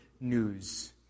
news